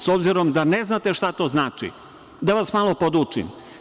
S obzirom da ne znate šta to znači, da vas malo podučim.